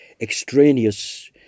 extraneous